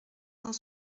cent